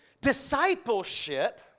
discipleship